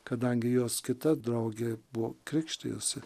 kadangi jos kita draugė buvo krikštijosi